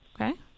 Okay